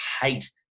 hate